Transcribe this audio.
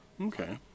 Okay